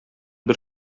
бер